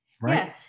right